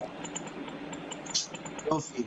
חברי,